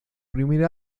primer